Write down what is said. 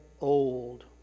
old